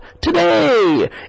today